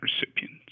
recipients